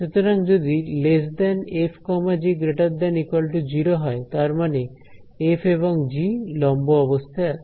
সুতরাং যদি f g 0 হয় তার মানে f এবং g লম্ব অবস্থায় আছে